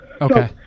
Okay